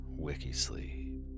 Wikisleep